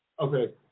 Okay